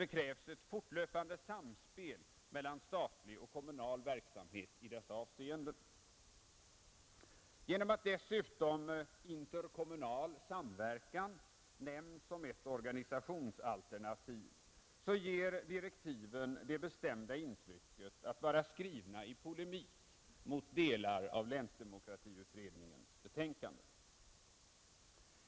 Det krävs ett fortlöpande samspel mellan statlig och kommunal verksamhet i dessa avseenden. Genom att dessutom interkommunal samverkan nämns som ett organisationsalternativ ger direktiven det bestämda intrycket att vara skrivna i polemik mot delar av länsdemokratiutredningens betänkande.